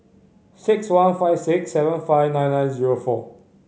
six one five six seven five nine nine zero four